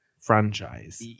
Franchise